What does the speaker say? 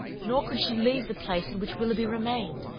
nor could she leave the place in which willoughby remained,